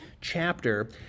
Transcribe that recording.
chapter